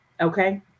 Okay